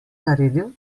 naredil